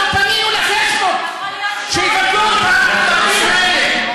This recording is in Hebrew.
אנחנו פנינו לפייסבוק שיבטלו את הדפים האלה.